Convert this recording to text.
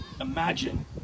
imagine